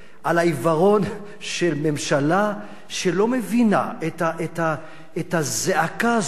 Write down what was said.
על העיוורון של ממשלה שלא מבינה את הזעקה הזאת